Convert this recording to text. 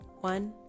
One